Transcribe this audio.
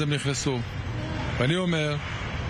אדוני יושב-ראש